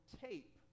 tape